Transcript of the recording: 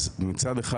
מצד אחד,